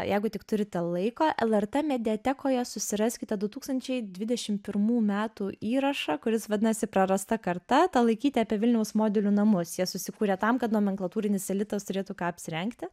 jeigu tik turite laiko lrt mediatekoje susiraskite du tūkstančiai dvidešimt pirmų metų įrašą kuris vadinasi prarasta karta talaikytė apie vilniaus modelių namus jie susikūrė tam kad nomenklatūrinis elitas turėtų ką apsirengti